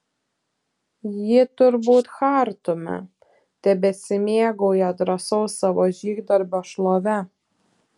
ji turbūt chartume tebesimėgauja drąsaus savo žygdarbio šlove